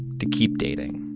to keep dating,